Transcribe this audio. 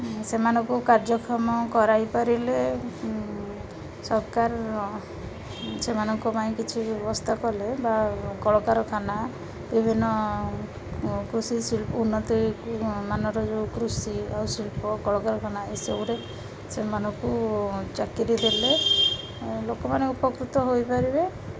ସେମାନଙ୍କୁ କାର୍ଯ୍ୟକ୍ଷମ କରାଇପାରିଲେ ସରକାର ସେମାନଙ୍କ ପାଇଁ କିଛି ବ୍ୟବସ୍ଥା କଲେ ବା କଳକାରଖାନା ବିଭିନ୍ନ କୃଷି ଶିଳ୍ପ ଉନ୍ନତି ମାନର ଯେଉଁ କୃଷି ଆଉ ଶିଳ୍ପ କଳକାରଖାନା ଏସବୁରେ ସେମାନଙ୍କୁ ଚାକିରି ଦେଲେ ଲୋକମାନେ ଉପକୃତ ହୋଇପାରିବେ